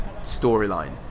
storyline